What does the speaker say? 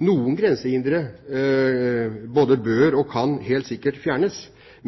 Noen grensehindre både bør og kan helt sikkert fjernes,